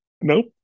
Nope